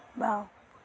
বাওঁ